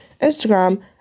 Instagram